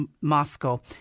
Moscow